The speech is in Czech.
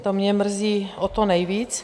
To mě mrzí o to nejvíc.